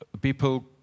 people